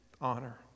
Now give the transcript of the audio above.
honor